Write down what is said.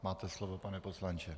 Máte slovo, pane poslanče.